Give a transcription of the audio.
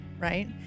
right